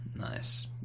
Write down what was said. nice